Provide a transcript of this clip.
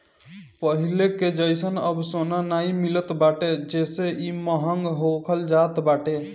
पहिले कअ जइसन अब सोना नाइ मिलत बाटे जेसे इ महंग होखल जात बाटे